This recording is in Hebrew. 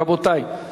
רבותי,